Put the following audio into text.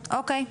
או.קיי.